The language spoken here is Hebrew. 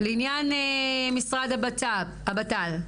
לעניין משרד הבט"ל,